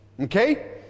Okay